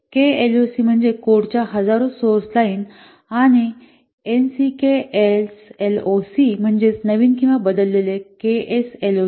KSLOC म्हणजे कोडच्या हजारो सोर्स लाइन आणि एनसीकेएसएलओसी म्हणजे नवीन किंवा बदललेले केएसएलओसी